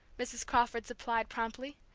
mrs. crawford supplied promptly.